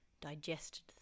digested